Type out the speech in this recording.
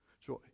joy